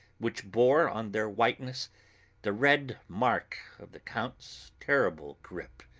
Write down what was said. which bore on their whiteness the red mark of the count's terrible grip,